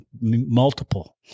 multiple